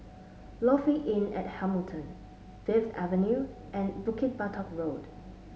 Lofi Inn at Hamilton Fifth Avenue and Bukit Batok Road